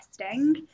testing